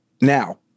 Now